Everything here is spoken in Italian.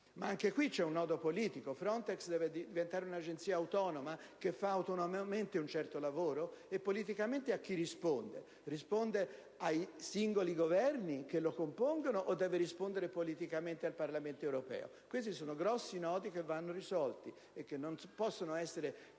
ma anche qui c'è un nodo politico: FRONTEX deve diventare un'agenzia autonoma che fa autonomamente un certo lavoro? E politicamente a chi risponde? Risponde ai singoli Governi che lo compongono, o deve rispondere politicamente al Parlamento europeo? Questi sono grossi nodi che devono essere risolti e che non possono essere